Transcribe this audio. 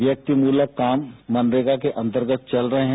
ये त्रिमूलक काम मनरेगा के अंतर्गत चल रहे हैं